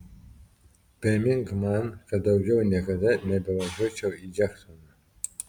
primink man kad daugiau niekada nebevažiuočiau į džeksoną